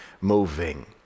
moving